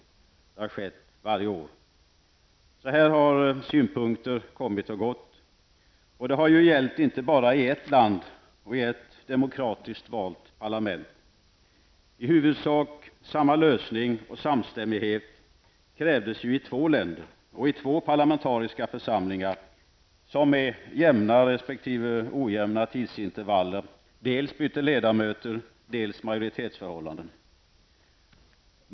Det har skett varje år. På detta sätt har synpunkter kommit och gått. Och det har ju inte gällt bara i ett land och i ett demokratiskt valt parlament. I huvudsak samma lösning och samstämmighet krävdes ju i två länder och i två parlamentariska församlingar som med jämna resp. ojämna tidsintervaller dels bytte ledamöter, dels majoritetsförhållanden.